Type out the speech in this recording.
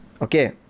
Okay